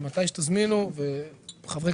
ומתי שתזמינו.